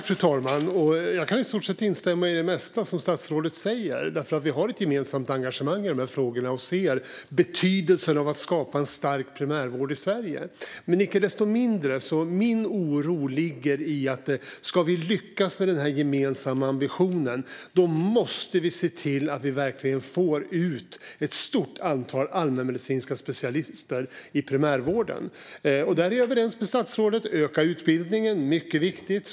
Fru talman! Jag kan i stort sett instämma i det mesta som statsrådet säger. Vi har ett gemensamt engagemang i de här frågorna och ser betydelsen av att skapa en stark primärvård i Sverige. Icke desto mindre ligger min oro i att om vi ska lyckas med denna gemensamma ambition måste vi se till att vi verkligen får ut ett stort antal allmänmedicinska specialister i primärvården. Där är jag överens med statsrådet: Öka utbildningen - mycket viktigt.